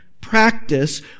practice